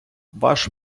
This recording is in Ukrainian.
ваш